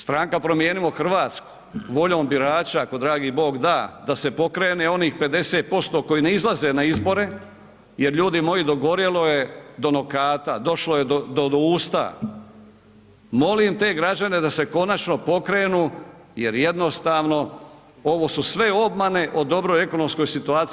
Stranka Promijenimo Hrvatsku, voljom birača, ako dragi Bog da, da se pokrene onih 50% koji ne izlaze na izbore jer ljudi moji dogorjelo je do nokata, došlo je do usta, molim te građane da se konačno pokrenu jer jednostavno ovo su sve obmane o dobroj ekonomskoj situaciji.